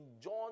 John